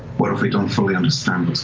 what if we don't fully understand